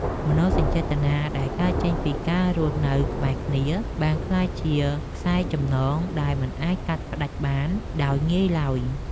មនោសញ្ចេតនាដែលកើតចេញពីការរស់នៅក្បែរគ្នា បានក្លាយជាខ្សែចំណងដែលមិនអាចកាត់ផ្តាច់បានដោយងាយឡើយ។